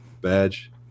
badge